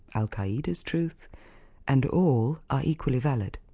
al-qaeda's truth and all are equally valid.